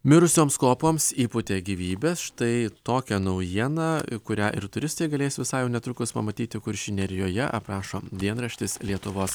mirusioms kopoms įpūtė gyvybės štai tokia naujiena kurią ir turistai galės visai netrukus pamatyti kuršių nerijoje aprašo dienraštis lietuvos